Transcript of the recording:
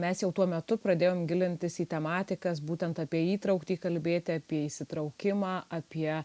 mes jau tuo metu pradėjom gilintis į tematikas būtent apie įtrauktį kalbėti apie įsitraukimą apie